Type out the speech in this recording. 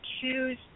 choose